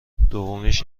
دومیش